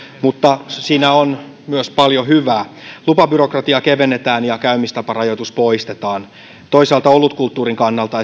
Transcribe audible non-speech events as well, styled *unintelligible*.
mutta siinä on myös paljon hyvää lupabyrokratiaa kevennetään ja käymistaparajoitus poistetaan toisaalta esimerkiksi olutkulttuurin kannalta *unintelligible*